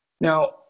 Now